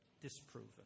disproven